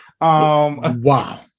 Wow